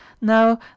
Now